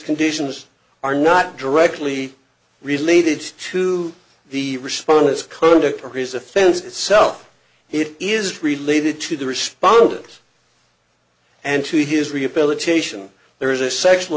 conditions are not directly related to the respondents conduct prison offense itself it is related to the respondent and to his rehabilitation there is a sexual